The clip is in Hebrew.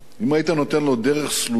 אם היית נותן לו דרך סלולה